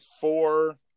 four